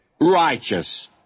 righteous